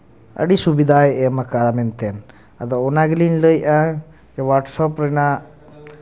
ᱟᱹᱰᱤ ᱥᱩᱵᱤᱫᱟᱭ ᱮᱢ ᱠᱟᱜᱼᱟ ᱢᱮᱱᱛᱮᱫ ᱟᱫᱚ ᱚᱱᱟ ᱜᱮᱞᱤᱧ ᱞᱟᱹᱭᱮᱜᱼᱟ ᱦᱳᱣᱟᱴᱥᱮᱯ ᱨᱮᱱᱟᱜ